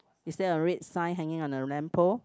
is there a red sign hanging on the lamp pole